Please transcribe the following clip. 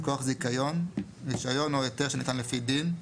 מכוח זיכיון, רישיון או היתר שניתן לפי דין,